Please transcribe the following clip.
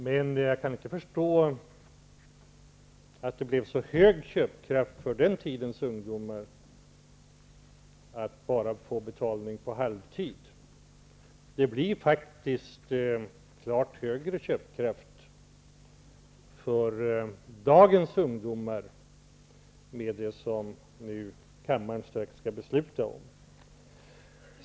Men jag kan inte förstå att det blev så stor köpkraft för den tidens ungdomar av att bara få betalning på halvtid. Det blir faktiskt klart större köpkraft för dagens ungdomar med det förslag som kammaren strax skall besluta om.